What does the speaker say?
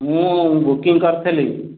ମୁଁ ବୁକିଂ କରିଥିଲି